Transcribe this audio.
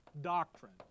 doctrine